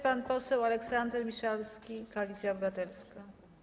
Pan poseł Aleksander Miszalski, Koalicja Obywatelska.